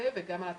וגם על התשלום.